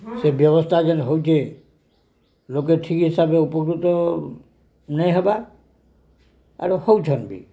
ସେ ବ୍ୟବସ୍ଥା ଯେନ୍ ହେଉଛେ ଲୋକେ ଠିକ ହିସାବରେ ଉପକୃତ ନାଇଁ ହେବା ଆରୁ ହଉଛନ୍ ବି